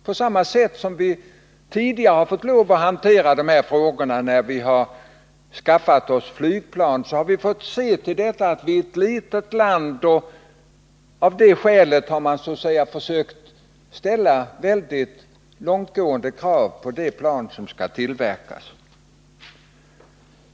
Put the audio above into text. Vi har tidigare fått lov att hantera de här frågorna med beaktande av att Sverige är ett litet land. Av det skälet har vi så att säga försökt ställa väldigt långtgående krav om användandet på de plan som tillverkats.